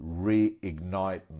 reignite